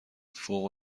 فوق